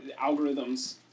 algorithms